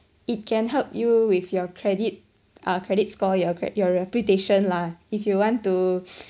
it can help you with your credit uh credit score your cre~ your reputation lah if you want to